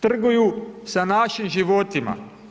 Trguju sa našim životima.